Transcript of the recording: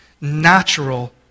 natural